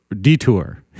detour